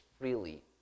freely